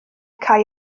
cau